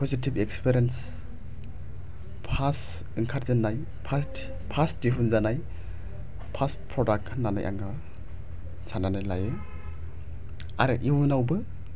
positive experience first ओंखारजेननाय first दिहुन जानाय फार्स्थ प्रदाक्ट होननानै आङो साननानै लायो आरो इउनावबो